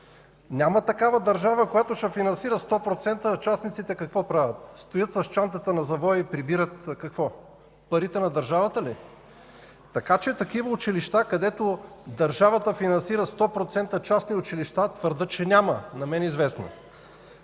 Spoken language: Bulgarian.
Няма такава държава, която ще финансира 100% частни училища. Тогава частниците какво правят? – Стоят с чантата на завоя и какво прибират – парите на държавата ли?! Така че такива училища, където държавата финансира 100% частните училища, твърдя, че няма, не са ми известни.